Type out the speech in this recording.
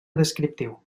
descriptiu